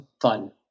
fun